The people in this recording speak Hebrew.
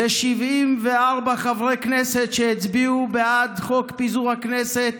זה 74 חברי כנסת שהצביעו בעד חוק פיזור הכנסת